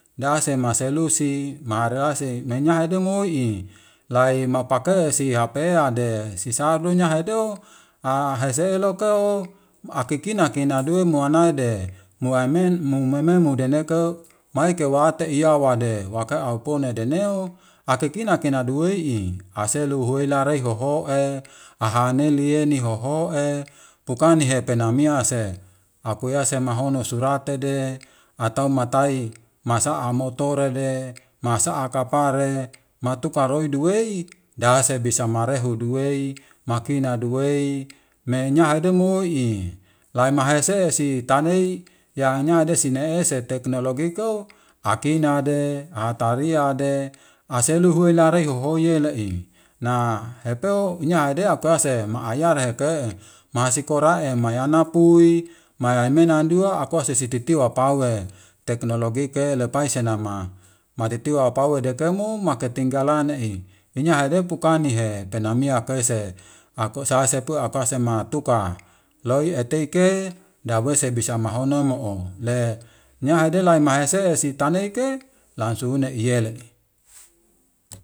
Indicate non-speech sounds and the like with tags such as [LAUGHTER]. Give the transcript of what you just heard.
Dase maselusi maharese menyahede moiy'i lai mapake si hapeaade sisadunya hado [HESITATION] heseloke'o kikina kina duwe muanaide muaimin memumemu deneke'o maike wati iyawade wake aupune dene'o akikina kina selu huwei larei hohoe ahaneli yeni hohoe pukane nihepe nmia ase akuase mahono suratede atau matai masa'a motorede, masaa kapare mtuka roi duwei dase bisa marehe duwe, makina duwei, menya hede moi'i lai mahesesi tanei yanyade sineesi teknologiko akinade, atariade, aselu huwei larei hoohoyele'i na hepeo nyahede apiase mayare heke'e masikora'e mayane pui, mai aymena dua akuse sititiwa pawe teknologike lapai senam matitiwa pau deke mo makatinggalayei iyahede pukan nihe penamia kese aku sasepua apse matuka loiy eteke dawese bisa mahono mo'o le nya hede lai mahese sitaneike lasune iyele'i.